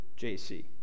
JC